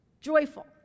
Joyful